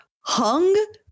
hung